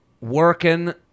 working